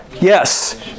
yes